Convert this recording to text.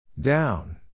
Down